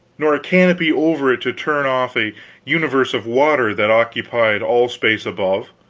nor a canopy over it to turn off a universe of water that occupied all space above